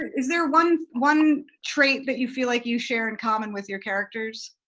is there one one trait that you feel like you share in common with your characters?